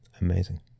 Amazing